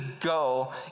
go